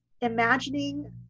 imagining